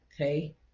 Okay